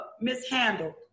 mishandled